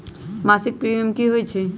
मासिक प्रीमियम की होई छई?